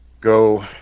go